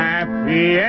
Happy